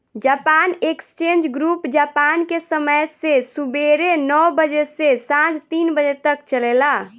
Japan exchange group Japan के समय से सुबेरे नौ बजे से सांझ तीन बजे तक चलेला